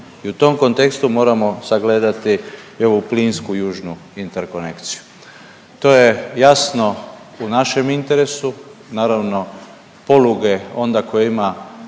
i u tom kontekstu moramo sagledati i ovu plinsku južnu interkonekciju. To je jasno u našem interesu, naravno poluge onda koje ima